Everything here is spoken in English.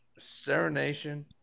Serenation